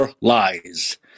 Lies